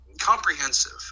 comprehensive